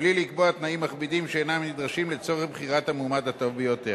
בלי לקבוע תנאים מכבידים שאינם נדרשים לצורך בחירת המועמד הטוב ביותר.